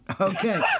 Okay